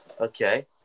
Okay